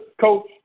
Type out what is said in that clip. coach